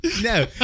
No